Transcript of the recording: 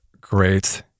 great